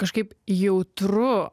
kažkaip jautru